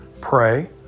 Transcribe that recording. pray